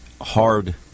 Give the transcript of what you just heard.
hard